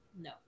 No